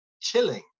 Chilling